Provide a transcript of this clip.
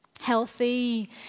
Healthy